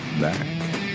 back